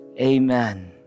Amen